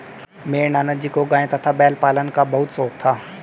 मेरे नाना जी को गाय तथा बैल पालन का बहुत शौक था